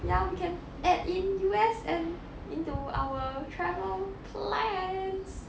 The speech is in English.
ya we can add in U_S and into our travel plans